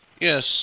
Yes